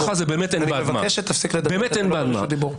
בפסק דין מאוד ידוע,